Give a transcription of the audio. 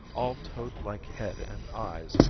all toad-like head and eyes,